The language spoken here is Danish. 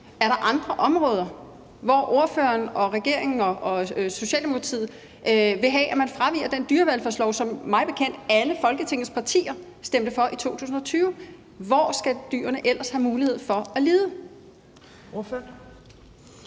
Er der andre områder, hvor ordføreren og regeringen og Socialdemokratiet vil have at man fraviger den dyrevelfærdslov, som mig bekendt alle Folketingets partier stemte for i 2020? Hvor skal dyrene ellers have mulighed for at lide?